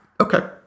Okay